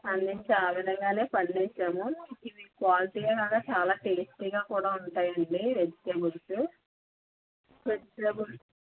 అందించి ఆ విధంగానే పండించాము ఇది క్వాలిటీయే గాక చాలా టేస్టీగా కూడా ఉంటాయండి వెజిటేబుల్స్ వెజిటేబుల్స్